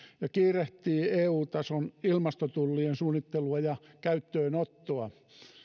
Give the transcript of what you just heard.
ja kiirehtii eu tason ilmastotullien suunnittelua ja käyttöönottoa